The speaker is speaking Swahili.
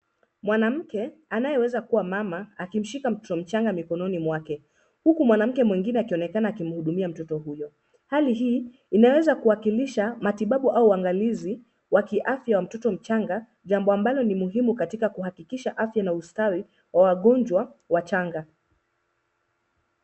Mwanamke anayeweza kuwa mama akimshika mtoto mchanga mikononi mwake huku mwanamke mwingine akionekana akimhudumia mtoto huyo. Hali hii inaweza kuwakilisha matibabu au uangalizi wa kiafya wa mtoto mchanga jambo ambalo ni muhimu katika kuhakikisha afya na ustawi wa wagonjwa wachanga.